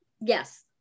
yes